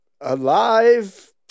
alive